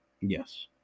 Yes